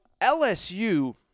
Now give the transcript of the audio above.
lsu